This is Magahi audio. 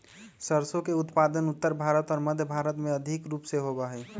सरसों के उत्पादन उत्तर भारत और मध्य भारत में अधिक रूप से होबा हई